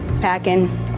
packing